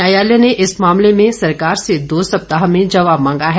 न्यायालय ने इस मामले में में सरकार से दो सप्ताह में जवाब मांगा है